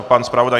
Pan zpravodaj.